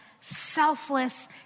selfless